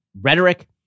rhetoric